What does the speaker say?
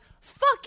fuck